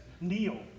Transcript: kneel